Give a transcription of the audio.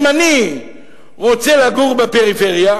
אם אני רוצה לגור בפריפריה,